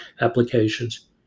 applications